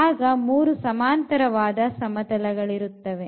ಆಗ ಮೂರು ಸಮಾಂತರವಾದ ಸಮತಲಗಳಿರುತ್ತವೆ